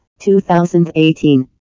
2018